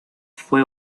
fue